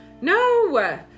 No